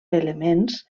elements